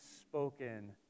spoken